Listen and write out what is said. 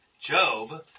Job